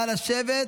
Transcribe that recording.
נא לשבת,